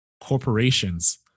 corporations